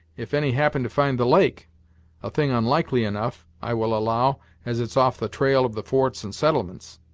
if any happened to find the lake a thing onlikely enough, i will allow, as it's off the trail of the forts and settlements.